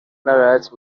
ناراحت